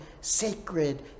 sacred